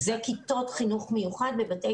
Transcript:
אלה כיתות חינוך מיוחד בבתי ספר רגילים.